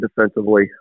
defensively